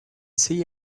see